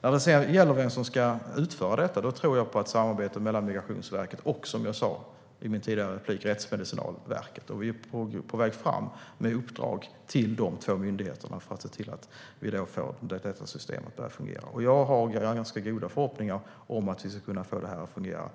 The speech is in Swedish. När det gäller vem som ska utföra detta tror jag på ett samarbete mellan Migrationsverket och, som jag sa i min tidigare replik, Rättsmedicinalverket. Vi är på väg fram med uppdrag till de två myndigheterna för att se till att systemet börjar fungera. Jag har ganska goda förhoppningar om att vi ska kunna få detta att fungera